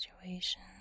situation